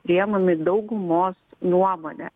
priimami daugumos nuomone